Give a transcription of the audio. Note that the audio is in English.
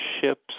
ships